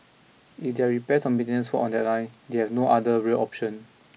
if there repairs or maintenance work on that line they have no other rail option